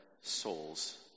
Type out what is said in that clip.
souls